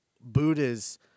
Buddha's